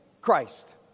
Christ